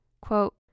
Quote